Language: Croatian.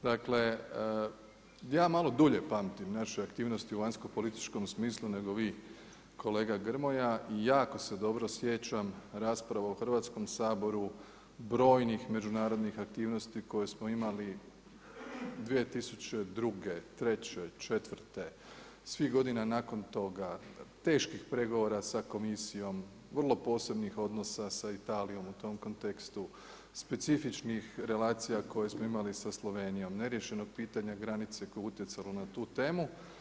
Dakle, ja malo dulje pamtim naše aktivnosti u vanjsko političkom smislu nego vi kolega Grmoja i jako se dobro sjećam rasprava u Hrvatskom saboru, brojnim međunarodnih aktivnosti koje smo imali 2002., '03., '04., svih godina nakon toga, teških pregovora sa komisijom, vrlo posebnih odnosa sa Italijom u tom kontekstu, specifičnih relacija koje smo imali sa Slovenijom, neriješenog pitanja granice koja je utjecala na tu temu.